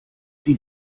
die